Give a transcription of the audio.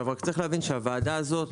הוועדה דנה